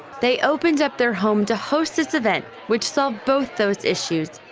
they opened up their home to host this event, which solved both those issues,